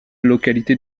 localité